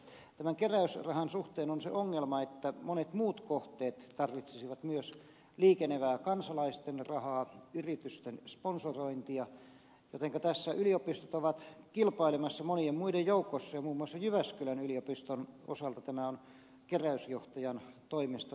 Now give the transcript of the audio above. elikkä tämän keräysrahan suhteen on se ongelma että monet muut kohteet tarvitsisivat myös liikenevää kansalaisten rahaa yritysten sponsorointia jotenka tässä yliopistot ovat kilpailemassa monien muiden joukossa ja muun muassa jyväskylän yliopiston osalta tämä on keräysjohtajan toimesta todettu asia